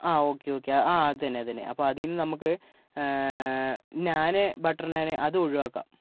ആ okay okay ആ അത് തന്നെ അത് തന്നെ അതിൽ നിന്ന് നമുക്ക് നാന് ബട്ടർ നാന് അത് ഒഴിവാക്കുക